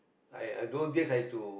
I don't yes I have to